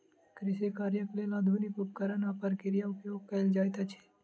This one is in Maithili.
कृषि कार्यक लेल आधुनिक उपकरण आ प्रक्रिया उपयोग कयल जाइत अछि